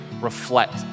reflect